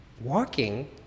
walking